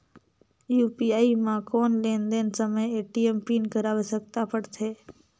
UPI म कौन लेन देन समय ए.टी.एम पिन कर आवश्यकता पड़थे?